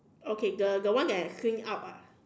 okay the the one that swing out ah